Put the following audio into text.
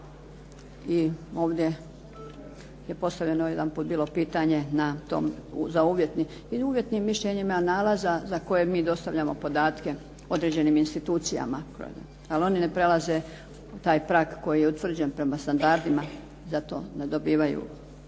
i ovdje je postavljeno bilo jedan put pitanje na tom za uvjetno, jer uvjetnim mišljenjima nalaza za koje mi dostavljamo podatke određenim institucijama ali oni ne prelaze taj prag koji je utvrđen prema standardima, zato ne dobivaju